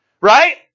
Right